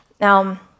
Now